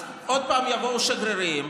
אז עוד פעם יבואו שגרירים,